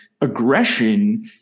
aggression